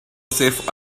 safe